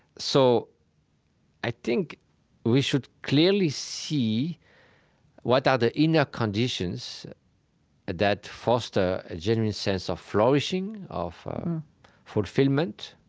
so i think we should clearly see what are the inner conditions that foster a genuine sense of flourishing, of fulfillment,